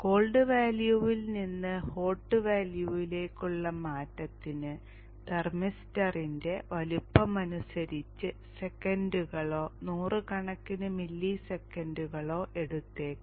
called വാല്യൂവിൽ നിന്ന് hot വാല്യൂവിലേക്കുള്ള മാറ്റത്തിന് തെർമിസ്റ്ററിന്റെ വലുപ്പമനുസരിച്ച് സെക്കൻഡുകളോ നൂറുകണക്കിന് മില്ലി സെക്കൻഡുകളോ എടുത്തേക്കാം